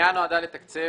הפנייה נועדה לתקצב